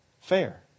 fair